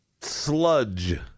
sludge